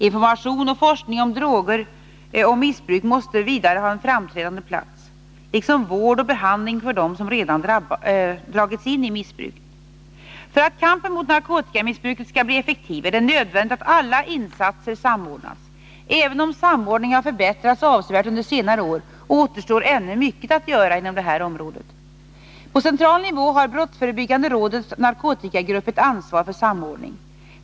Information och forskning om droger och missbruk måste vidare ha en framträdande plats, liksom vård och behandling för dem som redan dragits in i missbruket. För att kampen mot narkotikamissbruket skall bli effektiv är det nödvändigt att alla insatser samordnas. Även om samordningen har förbättrats avsevärt under senare år, återstår ännu mycket att göra inom detta område. På central nivå har brottsförebyggande rådets narkotikagrupp ett ansvar för samordning.